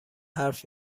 حرف